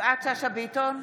יפעת שאשא ביטון,